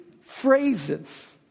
phrases